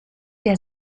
der